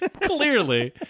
Clearly